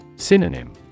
Synonym